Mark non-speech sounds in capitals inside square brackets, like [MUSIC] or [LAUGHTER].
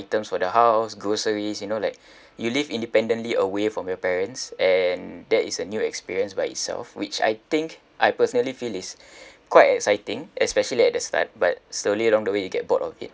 items for the house groceries you know like you live independently away from your parents and that is a new experience by itself which I think I personally feel is [BREATH] quite exciting especially at the start but slowly along the way you get bored of it